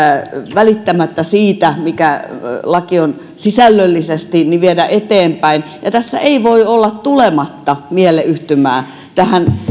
välittämättä siitä mikä laki on sisällöllisesti viedä eteenpäin tässä ei voi olla tulematta mielleyhtymää tähän